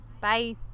Bye